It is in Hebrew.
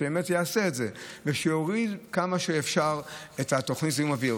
שבאמת יעשה את זה ושיוריד כמה שאפשר את זיהום האוויר.